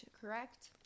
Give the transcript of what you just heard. Correct